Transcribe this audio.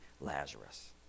Lazarus